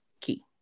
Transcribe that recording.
key